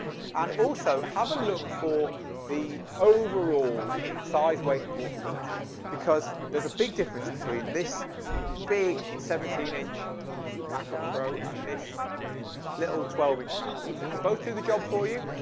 and also have a look for the overall size, weight, and portability because there's a big difference between this big seventeen inch macbook pro and this little twelve inch macbook. they could both do the job for you,